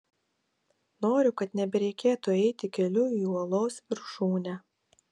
noriu kad nebereikėtų eiti keliu į uolos viršūnę